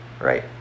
right